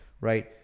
Right